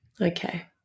Okay